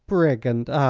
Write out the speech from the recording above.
brigand?